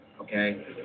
okay